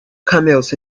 camels